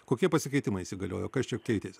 kokie pasikeitimai įsigaliojo kas čia keitėsi